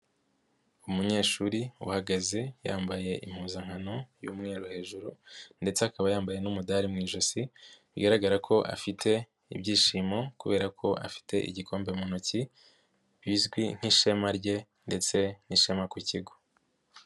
Umunyeshuri uhagaze yambaye impuzankano y'umweru hejuru, ndetse akaba yambaye n'umudari mu ijosi, bigaragara ko afite ibyishimo kubera ko afite igikombe mu ntoki, bizwi nk'ishema rye, ndetse n'ishema ku kigo.